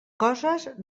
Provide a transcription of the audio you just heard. coses